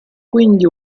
quindi